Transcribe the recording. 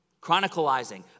Chronicalizing